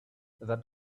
that